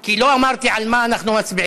כי לא אמרתי על מה אנחנו מצביעים.